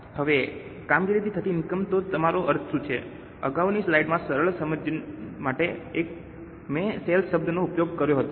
હવે ચાલો કંપની એક્ટના શેડ્યૂલ III મુજબ કંપની એક્ટ ફોર્મેટ જોઈએ હવે વેચાણને બદલે આ શબ્દ કામગીરીથી થતી ઇનકમ નો ઉપયોગ કરે છે